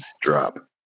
drop